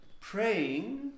praying